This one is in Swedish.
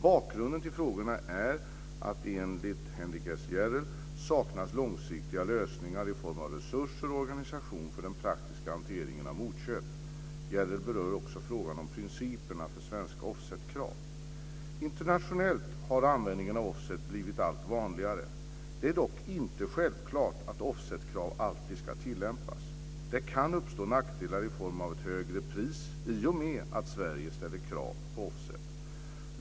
Bakgrunden till frågorna är att det enligt Henrik S Järrel saknas långsiktiga lösningar i form av resurser och organisation för den praktiska hanteringen av motköp. Järrel berör också frågan om principerna för svenska offsetkrav. Internationellt har användning av offset blivit allt vanligare. Det är dock inte självklart att offsetkrav alltid ska tillämpas. Det kan uppstå nackdelar i form av ett högre pris i och med att Sverige ställer krav på offset.